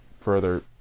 further